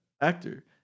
actor